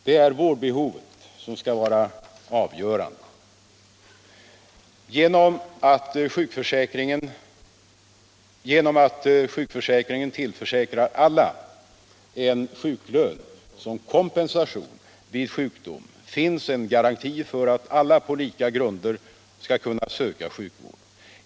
Det är vårdbehovet som skall vara avgörande. Genom att sjukförsäkringen tillförsäkrar alla en sjuklön som kompensation vid sjukdom finns en garanti för att alla på lika grunder skall kunna söka sjukvård.